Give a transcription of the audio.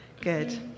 Good